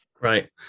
Right